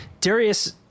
darius